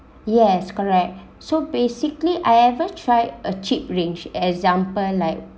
yes correct so basically I ever try a cheap range example like